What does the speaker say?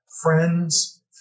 friends